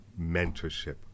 mentorship